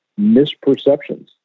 misperceptions